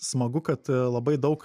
smagu kad labai daug